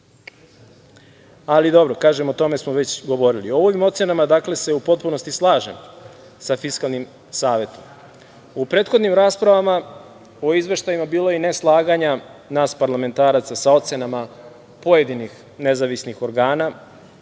Ali, dobro, kažem, o tome smo već govorili. U ovim ocenama, dakle, u potpunosti se slažem sa Fiskalnim savetom.U prethodnim raspravama o izveštajima bilo je i neslaganja nas parlamentaraca sa ocenama pojedinih nezavisnih organa,